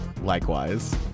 Likewise